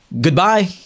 goodbye